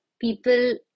people